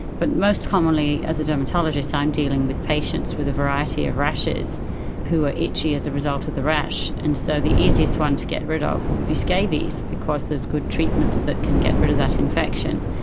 but most commonly as a dermatologist i'm dealing with patients with a variety of rashes who are itchy as a result of the rash, and so the easiest one to get rid of would be scabies because there are good treatments that can get rid of that infection,